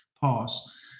Pause